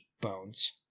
Bones